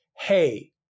hey